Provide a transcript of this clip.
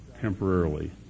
temporarily